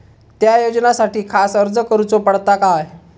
त्या योजनासाठी खास अर्ज करूचो पडता काय?